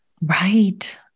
Right